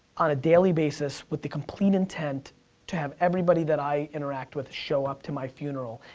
on a daily basis, with the complete intent to have everybody that i interact with, show up to my funeral.